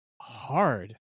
hard